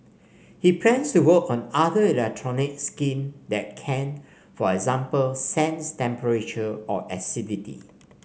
he plans to work on other electronic skin that can for example sense temperature or acidity